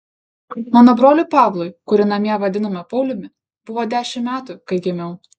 mano broliui pavlui kurį namie vadinome pauliumi buvo dešimt metų kai gimiau